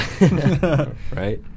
Right